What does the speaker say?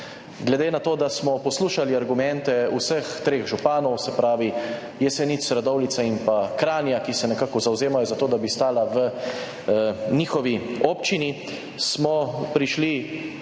Glede na to, da smo poslušali argumente vseh treh županov, se pravi Jesenic, Radovljice in Kranja, ki se nekako zavzemajo za to, da bi stala v njihovi občini, smo prišli z